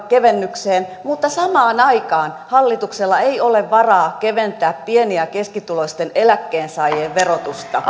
kevennykseen mutta samaan aikaan hallituksella ei ole varaa keventää pieni ja keskituloisten eläkkeensaajien verotusta